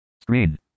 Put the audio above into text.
Screen